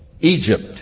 Egypt